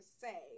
say